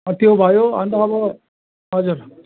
त्यो भयो अन्त अब हजुर